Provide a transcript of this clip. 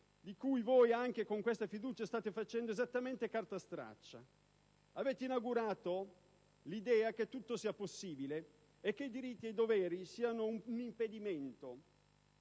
di cui voi, anche con questa fiducia, state facendo esattamente carta straccia. Avete inaugurato l'idea che tutto sia possibile, che i diritti ed i doveri siano un impedimento